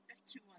just kill one